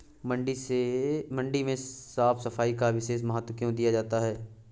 मंडी में साफ सफाई का विशेष महत्व क्यो दिया जाता है?